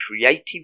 Creative